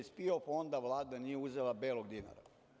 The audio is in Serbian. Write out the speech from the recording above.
Iz PIO fonda Vlada nije uzela belog dinara.